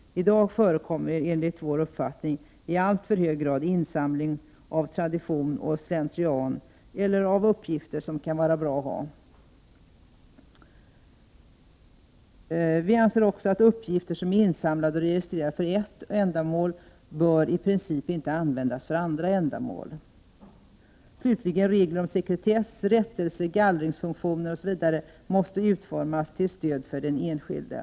I dag förekommer enligt vår uppfattning i alltför hög grad insamling av tradition och slentrian eller av uppgifter ”som kan vara bra att ha”. - Uppgifter som är insamlade och registrerade för ett ändamål bör i princip inte användas för andra ändamål. - Regler om sekretess, rättelse och gallringsfunktioner måste utformas till stöd för den enskilde.